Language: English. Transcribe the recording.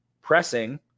pressing